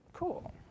Cool